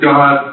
God